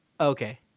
Okay